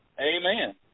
Amen